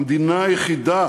המדינה היחידה